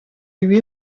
lui